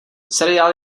seriál